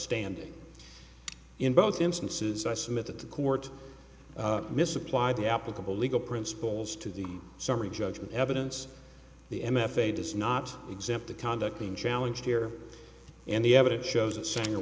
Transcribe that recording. standing in both instances i submit that the court misapplied the applicable legal principles to the summary judgment evidence the m f a does not exempt the conduct being challenge here and the evidence shows that sanger